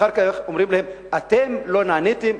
ואחר כך אומרים להם: אתם לא נעניתם,